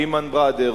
"ליהמן ברדרס",